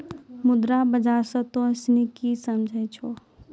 मुद्रा बाजार से तोंय सनि की समझै छौं?